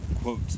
Quote